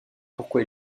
pourquoi